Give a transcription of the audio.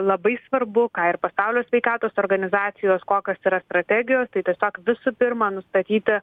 labai svarbu ką ir pasaulio sveikatos organizacijos kokios yra strategijos tai tiesiog visų pirma nustatyti